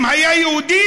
אם היה יהודי,